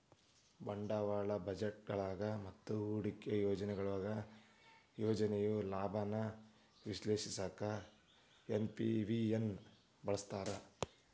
ಬಂಡವಾಳ ಬಜೆಟ್ನ್ಯಾಗ ಮತ್ತ ಹೂಡಿಕೆ ಯೋಜನೆಯೊಳಗ ಯೋಜನೆಯ ಲಾಭಾನ ವಿಶ್ಲೇಷಿಸಕ ಎನ್.ಪಿ.ವಿ ನ ಬಳಸ್ತಾರ